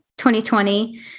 2020